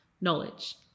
knowledge